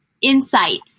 insights